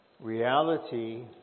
reality